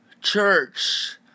church